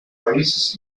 países